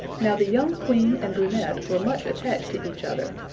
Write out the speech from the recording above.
now the young queen and brunette were much attached to each other,